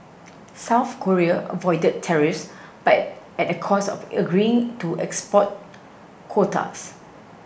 South Korea avoided tariffs but at a cost of agreeing to export quotas